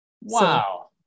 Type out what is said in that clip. Wow